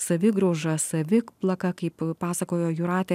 savigrauža saviplaka kaip pasakojo jūratė